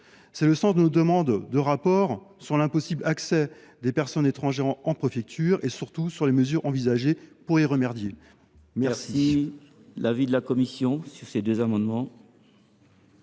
C’est le sens de notre demande de rapport sur l’impossible accès des personnes étrangères en préfecture et sur les mesures envisagées pour y remédier. Quel est l’avis la commission ? Ces deux amendements